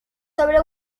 sobre